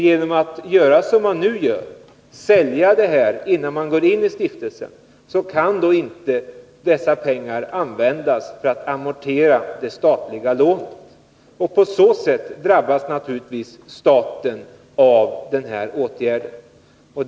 Då man nu säljer innan man går in i stiftelsen, kan inte dessa pengar användas för att amortera det statliga lånet. På så sätt drabbas naturligtvis staten av denna åtgärd.